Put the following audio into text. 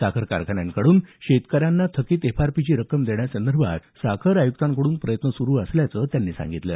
साखर कारखान्यांकडून शेतकऱ्यांना थकित एफआरपीची रक्कम देण्यासंदर्भात साखर आयुक्तांकड्रन प्रयत्न सुरू असल्याचं त्यांनी सांगितलं